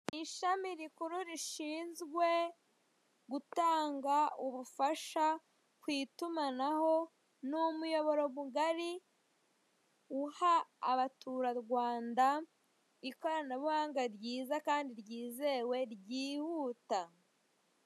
Ni ishami rikuru rishinzwe, gutanga ubufasha ku itumanaho n'umuyoboro bugari uha abaturarwanda ikoranabuhanga ryiza kandi ryizewe ryihuta.